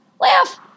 Laugh